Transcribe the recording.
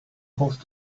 house